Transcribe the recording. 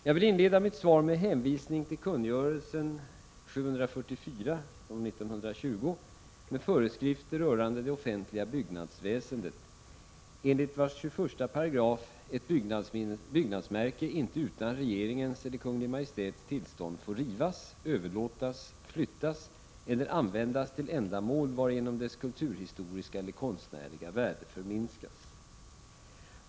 Jag vill inleda mitt svar med en hänvisning till kungörelsen med föreskrifter rörande det offentliga byggnadsväsendet enligt vilken ett byggnadsminnesmärke inte utan regeringens tillstånd får rivas, överlåtas, flyttas eller användas till ändamål, varigenom dess kulturhistoriska eller konstnärliga värde förminskas.